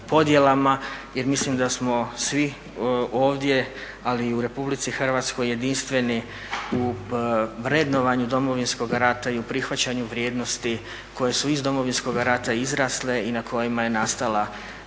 jer mislim da smo svi ovdje ali i u Republici Hrvatskoj jedinstveni u vrednovanju Domovinskog rata i u prihvaćanju vrijednosti koje su iz Domovinskoga rata izrasle i na kojima je nastala naša